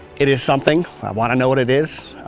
it is something, i want to know what it is.